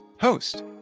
host